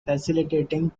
facilitating